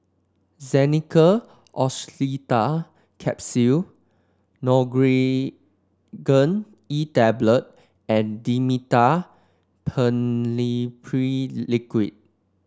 Xenical Orlistat Capsule Nurogen E Tablet and Dimetapp Phenylephrine Liquid